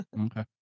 Okay